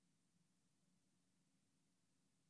זו